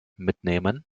mitnehmen